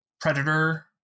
predator